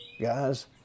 guys